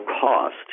cost